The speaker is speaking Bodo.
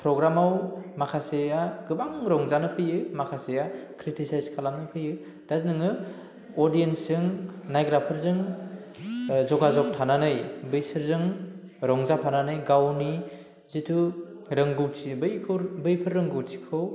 प्रग्रामाव माखासेया गोबां रंजानो फैयो माखासेया क्रिटिसाइज खालामनो फैयो दा नोङो अडियेन्सजों नायग्राफोरजों जगाजग थानानै बैसोरजों रंजाफानानै गावनि जितु रोंगौथि बैखौ बैफोर रोंगौथिखौ